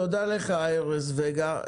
תודה לך, ארז וגה.